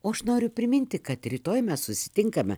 o aš noriu priminti kad rytoj mes susitinkame